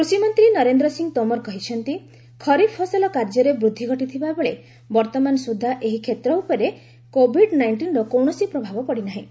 କୃଷିମନ୍ତ୍ରୀ ନରେନ୍ଦ୍ର ସି ତୋମର କହିଛନ୍ତି ଖରିଫ୍ ଫସଲ କାର୍ଯ୍ୟରେ ବୃଦ୍ଧି ଘଟିଥିବା ବେଳେ ବର୍ତ୍ତମାନ ସୁଦ୍ଧା ଏହି କ୍ଷେତ୍ ଉପରେ କୋଭିଡ୍ ନାଇଷ୍ଟିନ୍ର କୌଣସି ପ୍ରଭାବ ପଡ଼ିନାହିଁ